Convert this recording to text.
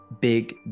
Big